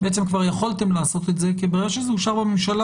בעצם כבר יכולתם לעשות את זה כי ברגע שזה מאושר בממשלה